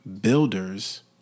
Builders